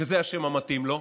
שזה השם המתאים לו,